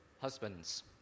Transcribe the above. Husbands